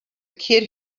kid